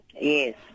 Yes